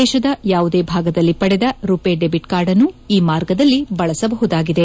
ದೇಶದ ಯಾವುದೇ ಭಾಗದಲ್ಲಿ ಪಡೆದ ರುಪೇ ಡೆಬಿಟ್ ಕಾರ್ಡ್ ಅನ್ನು ಈ ಮಾರ್ಗದಲ್ಲಿ ಬಳಸಬಹುದಾಗಿದೆ